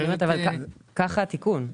אבל כך התיקון.